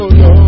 no